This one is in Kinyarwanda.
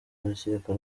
urukiko